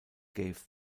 gave